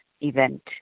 event